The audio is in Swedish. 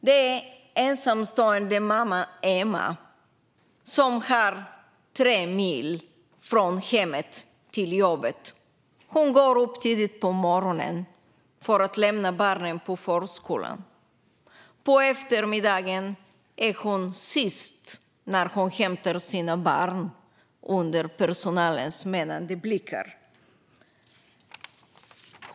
Det är den ensamstående mamman Emma, som har 3 mil från hemmet till jobbet. Hon går upp tidigt på morgonen för att lämna barnen på förskolan. På eftermiddagen är hon den sista att hämta sina barn inför personalens menande blickar.